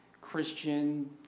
Christian